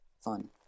Fun